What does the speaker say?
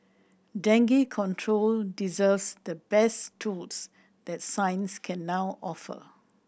dengue control deserves the best tools that science can now offer